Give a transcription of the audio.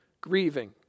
grieving